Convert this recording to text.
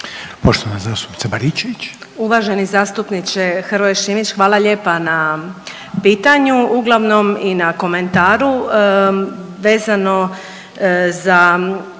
Danica (HDZ)** Uvaženi zastupniče Hrvoje Šimić hvala lijepa na pitanju, uglavnom i na komentaru vezano za